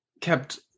kept